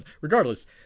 Regardless